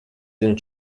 den